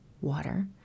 water